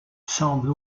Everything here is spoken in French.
semble